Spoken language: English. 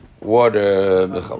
water